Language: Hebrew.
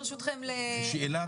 שאלה.